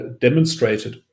demonstrated